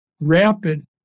rapid